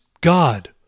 God